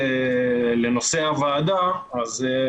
נושא התחבורה מאוד קרוב אליו,